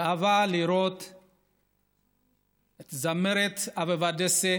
גאווה לראות את הזמרת אביבה דסה